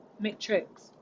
matrix